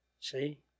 See